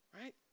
right